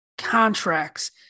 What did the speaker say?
contracts